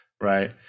right